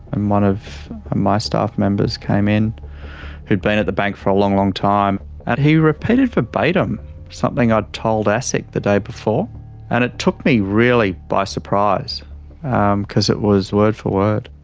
and one of my staff members came in who'd been at the bank for a long, long time. and he repeated verbatim something i'd told asic the day before and it took me really by surprise um because it was word for word.